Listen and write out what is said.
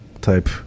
type